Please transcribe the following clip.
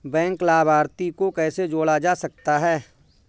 Bank लाभार्थी को कैसे जोड़ा जा सकता है?